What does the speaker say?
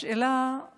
השאלה היא